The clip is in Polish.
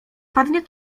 padnie